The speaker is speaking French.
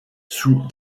sous